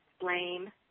blame